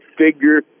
figure